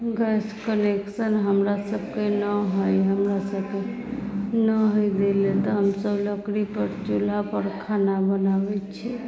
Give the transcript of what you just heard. gas connection हमरा सबके नहि हइ हमरा सबके नहि हइ देले तऽ हमसब लकड़ी पर चूल्हा पर खाना बनाबैत छी